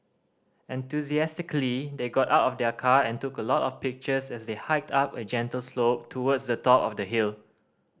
enthusiastically they got out of their car and took a lot of pictures as they hiked up a gentle slope towards the top of the hill